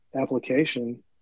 application